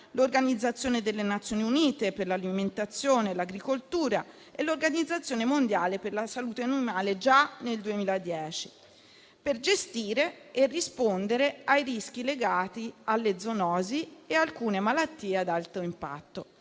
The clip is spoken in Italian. l'Organizzazione delle Nazioni Unite per l'alimentazione e l'agricoltura e l'Organizzazione mondiale per la salute animale già nel 2010 per gestire e rispondere ai rischi legati alle zoonosi e ad alcune malattie ad alto impatto.